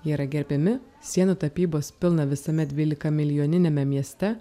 jie yra gerbiami sienų tapybos pilna visame dvylikamilijoniniame mieste